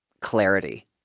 clarity